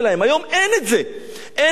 היום אין את זה, אין את זה.